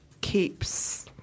keeps